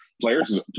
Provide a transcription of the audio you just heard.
Players